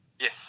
Yes